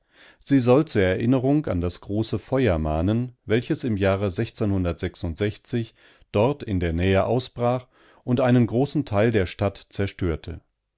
sie soll zur erinnerung an das große feuer mahnen welches im jahre dort in der nähe ausbrach und einen großen teil der stadt zerstörte